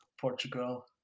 Portugal